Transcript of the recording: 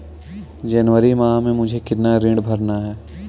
जनवरी माह में मुझे कितना ऋण भरना है?